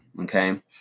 okay